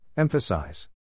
Emphasize